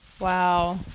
Wow